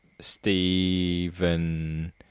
Stephen